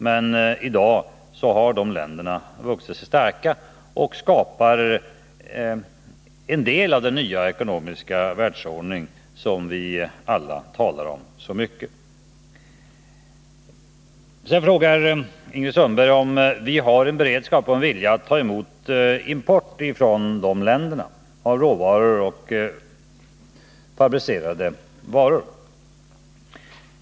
I dag har en del av dessa länder vuxit sig starka och skapar en del av den nya ekonomiska världsordning som vi alla talar så mycket om. Ingrid Sundberg frågar också om vi har en beredskap och en vilja att ta emot denna import av råvaror och fabricerade varor.